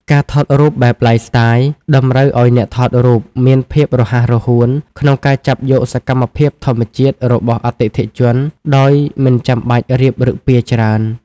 ការថតរូបបែប Lifestyle តម្រូវឱ្យអ្នកថតរូបមានភាពរហ័សរហួនក្នុងការចាប់យកសកម្មភាពធម្មជាតិរបស់អតិថិជនដោយមិនបាច់រៀបឫកពារច្រើន។